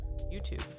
youtube